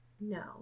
No